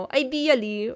ideally